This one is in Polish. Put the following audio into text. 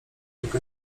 tylko